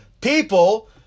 people